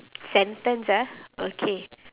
sentence ah okay